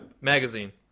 Magazine